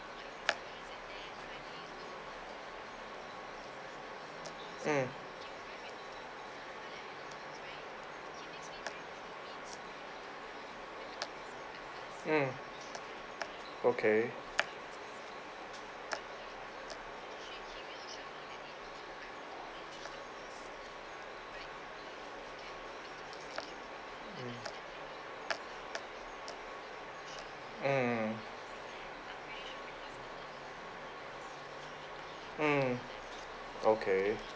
mm mm okay mm mm mm okay